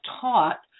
taught